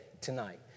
tonight